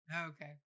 okay